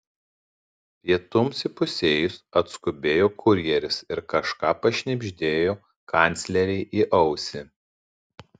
pietums įpusėjus atskubėjo kurjeris ir kažką pašnibždėjo kanclerei į ausį